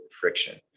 friction